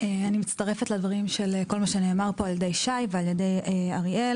אני מצטרפת לדברים של כל מה שנאמר פה על-ידי שי ועל-ידי אריאל.